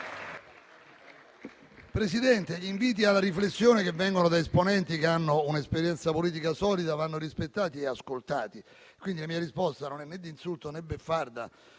Presidente, gli inviti alla riflessione che vengono da esponenti che hanno un'esperienza politica solida vanno rispettati e ascoltati, quindi la mia risposta non è né di insulto né beffarda.